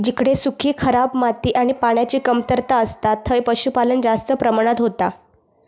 जिकडे सुखी, खराब माती आणि पान्याची कमतरता असता थंय पशुपालन जास्त प्रमाणात होता